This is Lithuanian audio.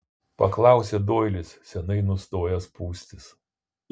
paklausė doilis seniai nustojęs pūstis